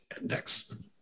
Index